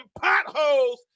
potholes